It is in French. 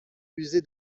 usé